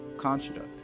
Construct